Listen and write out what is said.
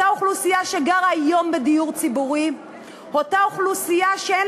אותה אוכלוסייה שגרה היום בדיור ציבורי ואותה אוכלוסייה שאין